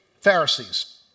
Pharisees